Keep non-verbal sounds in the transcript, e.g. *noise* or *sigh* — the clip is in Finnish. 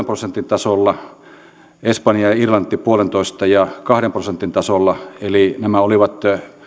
*unintelligible* prosentin tasolla espanja ja irlanti yksi pilkku viisi viiva kahden prosentin tasolla eli nämä olivat